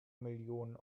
millionen